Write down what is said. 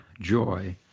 joy